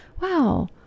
wow